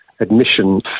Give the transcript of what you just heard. admission